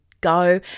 go